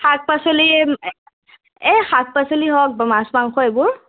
শাক পাচলিৰ এই শাক পাচলি হওঁক মাছ মাংস এইবোৰ